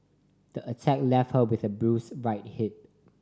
the attack left her with a bruised right hip